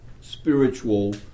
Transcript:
spiritual